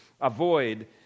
avoid